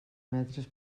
metres